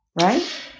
right